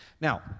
Now